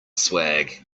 swag